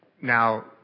Now